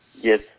Yes